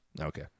Okay